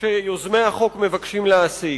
שיוזמי החוק מבקשים להשיג.